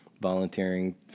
volunteering